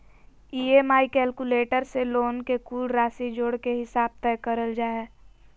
EMI calculator से loan के कुल राशि जोड़ के हिसाब तय करल जा हय